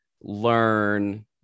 learn